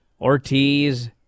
Ortiz